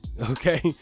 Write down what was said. Okay